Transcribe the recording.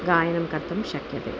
गायनं कर्तुं शक्यते